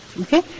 Okay